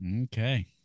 Okay